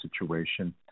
situation